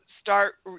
start